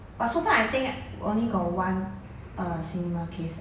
but so far I think only got one uh cinema case